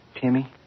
Timmy